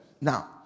Now